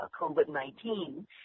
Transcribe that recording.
COVID-19